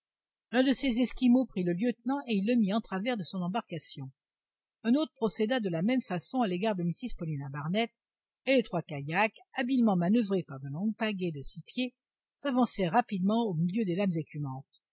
l'un de ces esquimaux prit le lieutenant et il le mit en travers de son embarcation un autre procéda de la même façon à l'égard de mrs paulina barnett et les trois kayaks habilement manoeuvrés par de longues pagayes de six pieds s'avancèrent rapidement au milieu des lames écumantes